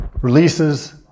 Releases